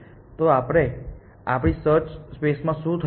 તો આપણી સર્ચ સ્પેસમાં શું થયું છે